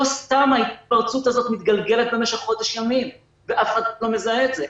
לא סתם ההתפרצות הזאת מתגלגלת במשך חודש ימים ואף אחד לא מזהה את זה.